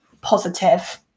positive